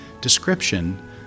description